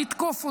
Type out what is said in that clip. לתקוף אותם,